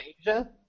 Asia